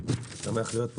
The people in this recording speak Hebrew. אני שמח להיות פה.